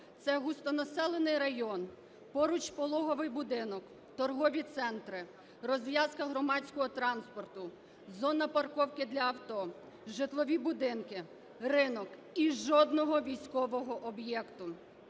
Це густонаселений район, поруч пологовий будинок, торгові центри, розв'язка громадського транспорту, зона парковки для авто, житлові будинки, ринок і жодного військового об'єкту.